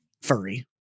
furry